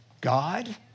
God